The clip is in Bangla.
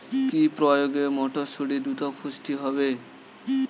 কি প্রয়োগে মটরসুটি দ্রুত পুষ্ট হবে?